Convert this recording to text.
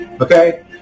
Okay